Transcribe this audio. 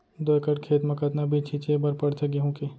दो एकड़ खेत म कतना बीज छिंचे बर पड़थे गेहूँ के?